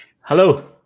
Hello